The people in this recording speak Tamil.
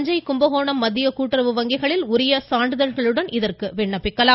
தஞ்சை கும்பகோணம் மத்திய கூட்டுறவு வங்கிகளில் உரிய சான்றிதழ்களுடன் இதற்கு விண்ணப்பிக்கலாம்